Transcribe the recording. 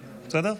בסדר?